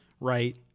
Right